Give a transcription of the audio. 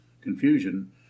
confusion